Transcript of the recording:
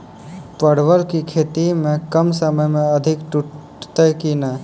परवल की खेती कम समय मे अधिक टूटते की ने?